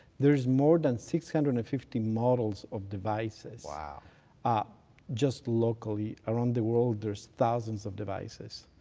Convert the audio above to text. there's more than six hundred and fifty models of devices ah ah just locally. around the world, there's thousands of devices.